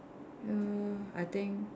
ya I think